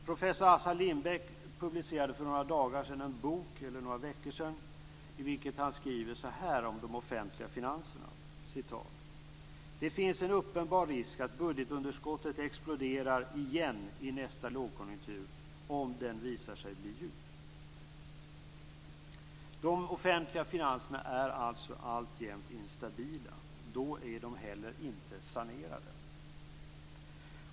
Professor Assar Lindbeck publicerade för några veckor sedan en bok i vilken han skriver följande om de offentliga finanserna: "Det finns en uppenbar risk att budgetunderskottet exploderar igen i nästa lågkonjunktur, om den visar sig bli djup." De offentliga finanserna är alltså alltjämt instabila. Då är de inte heller sanerade.